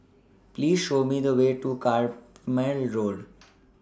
Please Show Me The Way to Carpmael Road